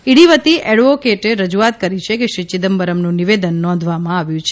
ED વતી એડવોકેટે રજૂઆત કરી કે શ્રી ચિદમ્બરમનું નિવેદન નોંધવામાં આવ્યું છે